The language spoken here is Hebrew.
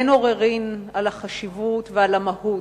אין עוררין על החשיבות ועל המהות,